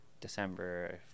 december